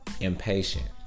Impatient